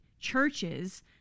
churches